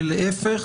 ולהפך,